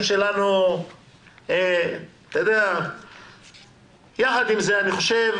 עם זאת, אני חושב